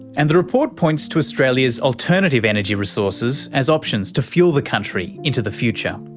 and the report points to australia's alternative energy resources as options to fuel the country into the future.